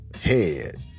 Head